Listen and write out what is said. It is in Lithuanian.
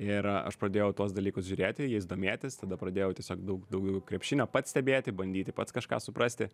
ir aš pradėjau tuos dalykus žiūrėti jais domėtis tada pradėjau tiesiog daug daugiau krepšinio pats stebėti bandyti pats kažką suprasti